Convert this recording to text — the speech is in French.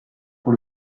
pour